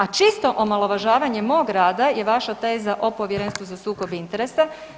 A čisto omalovažavanje mog rada je vaša teza o Povjerenstvu za sukob interesa.